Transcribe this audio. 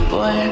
Boy